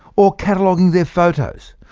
or cataloguing their photos,